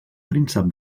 príncep